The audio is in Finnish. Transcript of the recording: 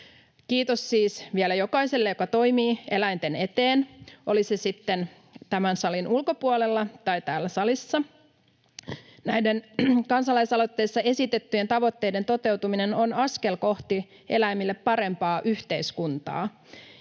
Kiitos siis vielä jokaiselle, joka toimii eläinten eteen, oli se sitten tämän salin ulkopuolella tai täällä salissa. Näiden kansalaisaloitteessa esitettyjen tavoitteiden toteutuminen on askel kohti eläimille parempaa yhteiskuntaa,